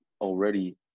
already